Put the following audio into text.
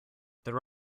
there